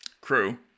Crew